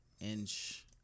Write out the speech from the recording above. inch